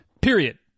period